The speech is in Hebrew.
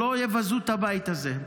שלא יבזו את הבית הזה.